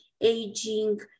aging